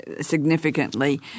significantly